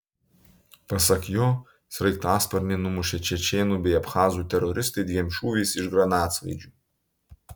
pasak jo sraigtasparnį numušė čečėnų bei abchazų teroristai dviem šūviais iš granatsvaidžių